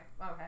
okay